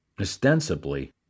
Ostensibly